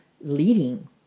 leading